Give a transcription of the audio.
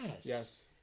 Yes